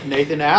Nathan